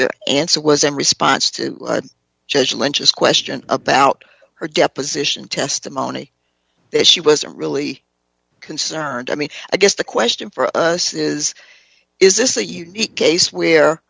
which answer was in response to judge lynch's question about her deposition testimony that she was really concerned i mean i guess the question for us is is this a unique case where